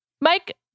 Mike